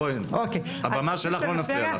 הבמה שלך, לא נפריע.